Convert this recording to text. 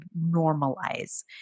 normalize